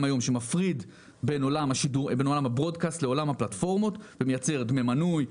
היום שמפריד בין עולם הברודקאסט לבין עולם הפלטפורמות ומייצר דמי מנוי,